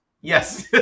Yes